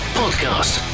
podcast